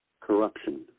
corruption